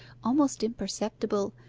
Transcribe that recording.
almost imperceptible,